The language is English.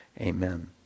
amen